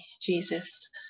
Jesus